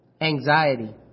anxiety